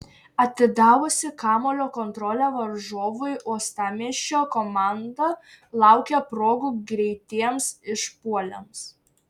atidavusi kamuolio kontrolę varžovui uostamiesčio komanda laukė progų greitiems išpuoliams